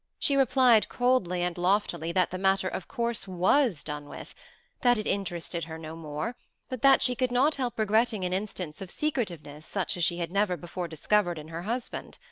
she replied coldly and loftily that the matter, of course, was done with that it interested her no more but that she could not help regretting an instance of secretiveness such as she had never before discovered in her husband.